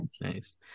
Nice